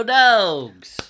dogs